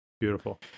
beautiful